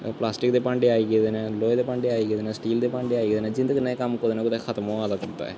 plastic दे भांडे आई गेदे न लोहे दे भांडे आई गेदे न स्टील दे भांडे आई गेदे न जिंदे कन्नै एह् कम्म कुतै ना कुतै खतम होआ दा करदा ऐ